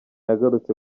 yagarutse